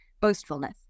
boastfulness